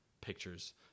pictures